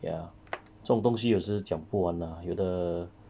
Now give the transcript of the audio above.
ya 这种东西有时讲不完的 lah 有的